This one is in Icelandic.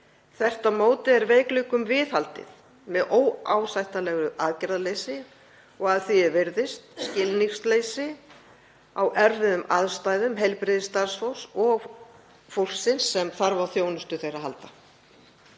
Þvert á móti er veikleikum viðhaldið með óásættanlegu aðgerðaleysi og að því er virðist skilningsleysi á erfiðum aðstæðum heilbrigðisstarfsfólks og fólksins sem þarf á þjónustu þess að halda.